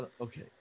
Okay